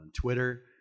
Twitter